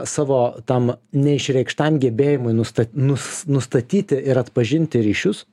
savo tam neišreikštam gebėjimui nusta nus nustatyti ir atpažinti ryšius